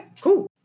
cool